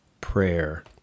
prayer